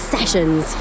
Sessions